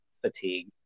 fatigue